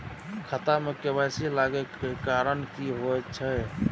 खाता मे के.वाई.सी लागै के कारण की होय छै?